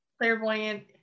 clairvoyant